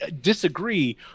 disagree